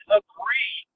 agree